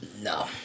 No